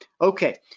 okay